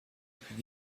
plus